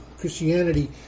Christianity